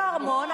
לא ארמון,